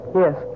yes